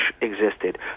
existed